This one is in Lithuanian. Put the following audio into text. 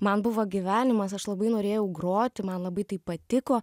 man buvo gyvenimas aš labai norėjau groti man labai tai patiko